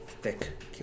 Thick